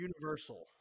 universal